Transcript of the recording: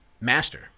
master